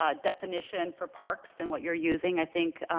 ah definition for parks than what you're using. i think